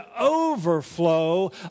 overflow